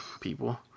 people